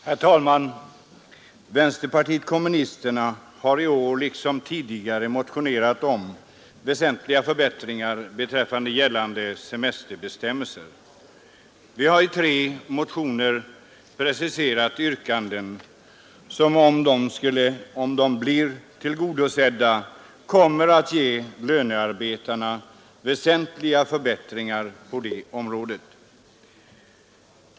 Herr talman! Vänsterpartiet kommunisterna har i år liksom tidigare motionerat om väsentliga förbättringar av gällande semesterbestämmelser. Vi har i tre motioner preciserat yrkanden som, om de blir tillgodosedda, kommer att ge lönearbetarna väsentliga förbättringar på detta område.